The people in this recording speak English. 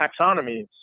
taxonomies